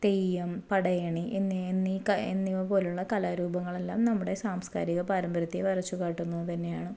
തെയ്യം പടയണി എന്നീ എന്നീ എന്നിവ പോലുള്ള കലാരൂപങ്ങളെല്ലാം നമ്മുടെ സാംസ്കാരിക പാരമ്പര്യത്തെ വരച്ചു കാട്ടുന്നത് തന്നെയാണ്